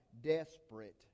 desperate